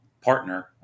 partner